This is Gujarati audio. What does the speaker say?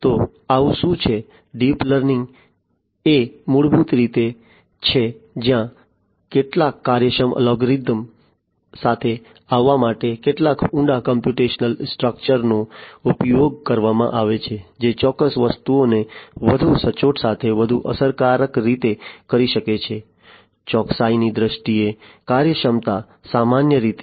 તો આવું શું છે ડીપ લર્નિંગ એ મૂળભૂત રીતે છે જ્યાં કેટલાક કાર્યક્ષમ અલ્ગોરિધમ્સ સાથે આવવા માટે કેટલાક ઊંડા કોમ્પ્યુટેશનલ સ્ટ્રક્ચર્સનો ઉપયોગ કરવામાં આવે છે જે ચોક્કસ વસ્તુઓને વધુ સચોટતા સાથે વધુ અસરકારક રીતે કરી શકે છે ચોકસાઈની દ્રષ્ટિએ કાર્યક્ષમતા સામાન્ય રીતે